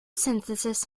synthesis